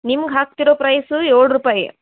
ನಿಮ್ಗ ಹಾಕ್ತಿರೋ ಪ್ರೈಸು ಏಳು ರೂಪಾಯಿ